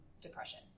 depression